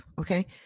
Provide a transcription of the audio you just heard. okay